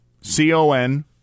C-O-N